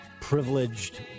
privileged